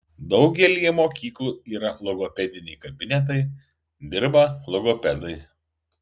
daugelyje mokyklų yra logopediniai kabinetai dirba logopedai